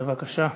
בבקשה.